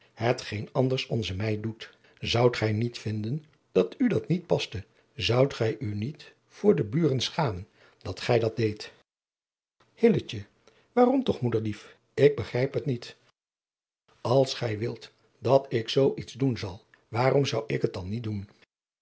het geen anders onze meid doet zoudt gij niet vinden dat u dat niet paste zoudt gij u niet voor de buren schamen dat gij dat deedt hill waarom toch moederlief ik begrijp t niet als gij wilt dat ik zoo iets doen zal waarom zou ik het dan niet doen